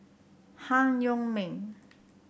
Han Yong May